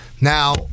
Now